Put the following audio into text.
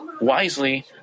wisely